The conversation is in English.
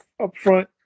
upfront